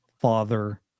father